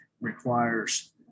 requires